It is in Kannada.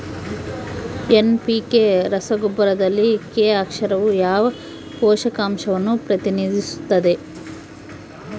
ಎನ್.ಪಿ.ಕೆ ರಸಗೊಬ್ಬರದಲ್ಲಿ ಕೆ ಅಕ್ಷರವು ಯಾವ ಪೋಷಕಾಂಶವನ್ನು ಪ್ರತಿನಿಧಿಸುತ್ತದೆ?